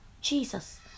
Jesus